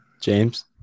James